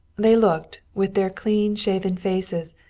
they looked, with their clean-shaven faces,